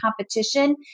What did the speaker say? competition